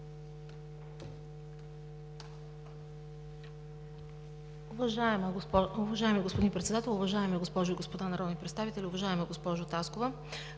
Уважаема госпожо Председател, уважаеми госпожи и господа народни представители! Уважаема госпожо Клисурска,